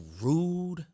rude